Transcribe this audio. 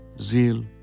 zeal